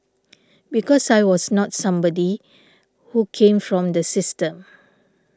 because I was not somebody who came from the system